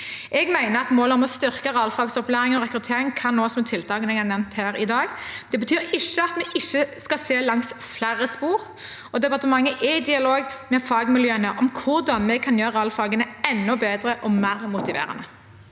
Jeg mener at målet om å styrke realfagsopplæring og rekruttering kan nås med tiltakene jeg har nevnt her i dag. Det betyr ikke at vi ikke skal se langs flere spor, og departementet er i dialog med fagmiljøene om hvordan vi kan gjøre realfagene enda bedre og mer motiverende.